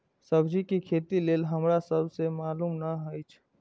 सब्जी के खेती लेल हमरा सब के मालुम न एछ?